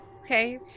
okay